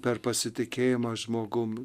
per pasitikėjimą žmogum